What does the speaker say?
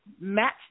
match